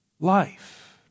Life